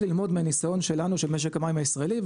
ללמוד מהניסיון שלנו של משק המים הישראלי,